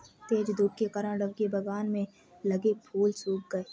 तेज धूप के कारण, रवि के बगान में लगे फूल सुख गए